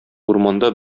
урманда